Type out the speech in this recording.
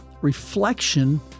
reflection